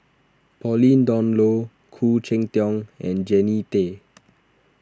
Pauline Dawn Loh Khoo Cheng Tiong and Jannie Tay